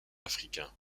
africain